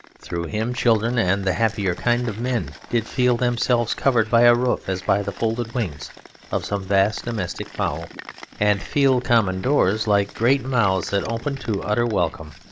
through him children and the happier kind of men did feel themselves covered by a roof as by the folded wings of some vast domestic fowl and feel common doors like great mouths that opened to utter welcome.